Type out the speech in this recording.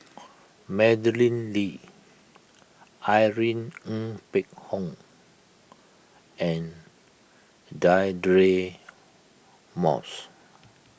Madeleine Lee Irene Ng Phek Hoong and Deirdre Moss